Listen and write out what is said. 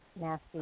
nasty